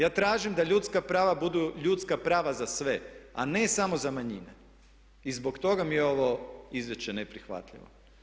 Ja tražim da ljudska prava budu ljudska prava za sve a ne samo za manjine i zbog toga mi je ovo izvješće neprihvatljivo.